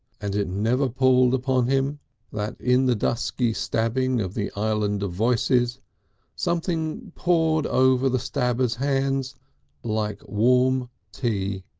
and it never palled upon him that in the dusky stabbing of the island of voices something poured over the stabber's hands like warm tea.